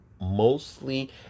mostly